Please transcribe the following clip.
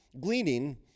Gleaning